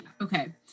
okay